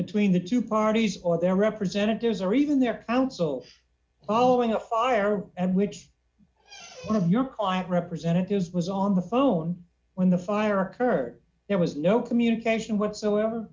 between the two parties or their representatives or even their own so all in the fire and which one of your client representatives was on the phone when the fire occurred there was no communication whatsoever